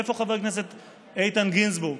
איפה חבר הכנסת איתן גינזבורג?